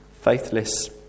faithless